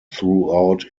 throughout